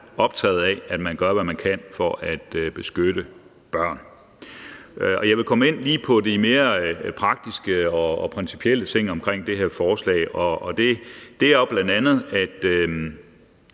optaget af, at man gør, hvad man kan, for at beskytte børn. Jeg vil lige komme ind på de mere praktiske og principielle ting vedrørende det her forslag, og det er jo bl.a.,